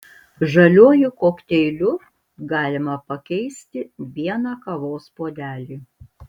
žaliuoju kokteiliu galima pakeisti vieną kavos puodelį